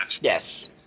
Yes